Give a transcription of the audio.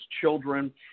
children